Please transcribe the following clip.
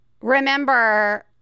remember